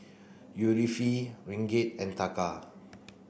Ringgit and Taka